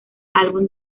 álbum